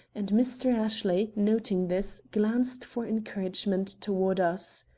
and mr. ashley, noting this, glanced for encouragement toward us.